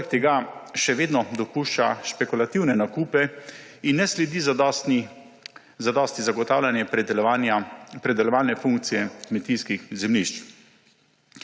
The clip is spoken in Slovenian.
Poleg tega še vedno dopušča špekulativne nakupe in ne sledi zadosti zagotavljanjem predelovalne funkcije kmetijskih zemljišč.